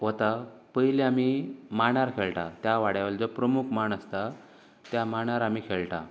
वता पयलीं आमी मांडार खेळटा त्या वाड्यावयलो प्रमुख मांड आसता त्या मांडार आमी खेळटा